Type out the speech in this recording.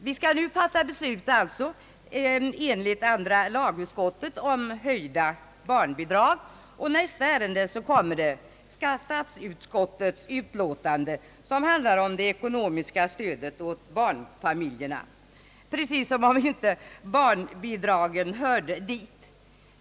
Vi skall nu fatta beslut enligt andra lagutskottets utlåtande om höjda barnbidrag, och i nästa ärende kommer statsutskottets utlåtande som handlar om det ekonomiska stödet åt barnfamiljerna — precis som om inte barnbidragen hörde dit!